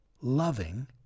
loving